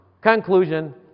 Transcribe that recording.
Conclusion